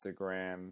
Instagram